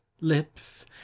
lips